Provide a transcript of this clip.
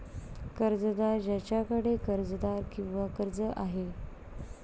कर्जदार ज्याच्याकडे कर्जदार किंवा कर्ज आहे